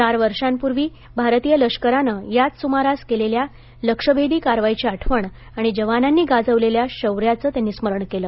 चार वर्षांपूर्वी भारतीय लष्करानं याच सुमारास केलेल्या लक्ष्यभेदी कारवाईची आठवण आणि जवानांनी गाजवलेल्या शौर्याचं त्यांनी स्मरण केलं